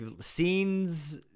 scenes